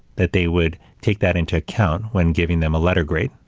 that they would take that into account when giving them a letter grade,